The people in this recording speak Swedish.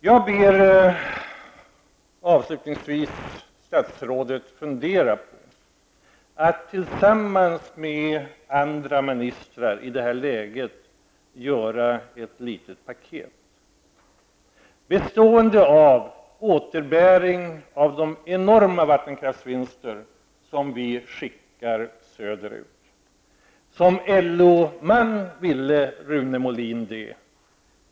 Jag ber statsrådet att fundera på att i det här läget tillsammans med andra ministrar åstadkomma ett litet paket bestående av återbäring med anledning av de enorma vinster på den vattenkraft som vi skickar söderut. Som LO-man ville Rune Molin det.